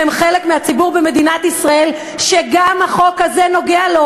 הם חלק מהציבור במדינת ישראל שגם החוק הזה נוגע לו,